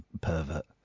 pervert